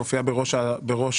מופיעה בראש הרשימה.